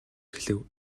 эхлэв